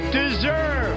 deserve